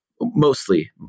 mostly